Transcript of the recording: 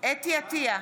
חוה אתי עטייה,